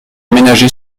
aménagé